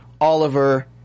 Oliver